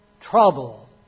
trouble